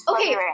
Okay